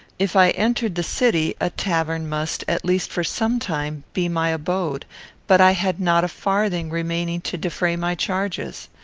if i entered the city, a tavern must, at least for some time, be my abode but i had not a farthing remaining to defray my charges.